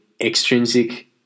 extrinsic